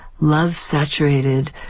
love-saturated